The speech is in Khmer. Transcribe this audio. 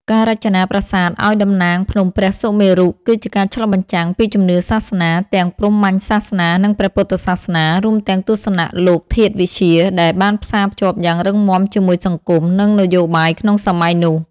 ការរចនាប្រាសាទឱ្យតំណាងភ្នំព្រះសុមេរុ គឺជាការឆ្លុះបញ្ចាំងពីជំនឿសាសនា ទាំងព្រហ្មញ្ញសាសនា និងព្រះពុទ្ធសាសនា រួមទាំងទស្សនៈលោកធាតុវិទ្យា ដែលបានផ្សារភ្ជាប់យ៉ាងរឹងមាំជាមួយសង្គម និងនយោបាយក្នុងសម័យនោះ។